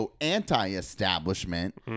anti-establishment